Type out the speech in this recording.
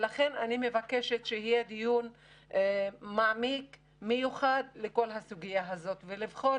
אני מבקשת שיתקיים דיון מעמיק ומיוחד בסוגיה זו שיבחן